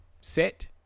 set